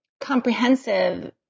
comprehensive